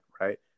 right